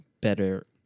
better